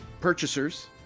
purchasers